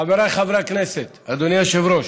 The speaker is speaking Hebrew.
חבריי חברי הכנסת, אדוני היושב-ראש,